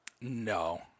No